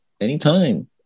Anytime